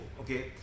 okay